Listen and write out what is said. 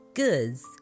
goods